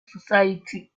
society